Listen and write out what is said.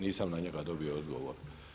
Nisam na njega dobio odgovor.